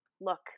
look